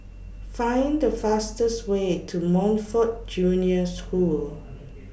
Find The fastest Way to Montfort Junior School